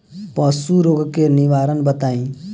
पशु रोग के निवारण बताई?